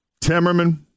Timmerman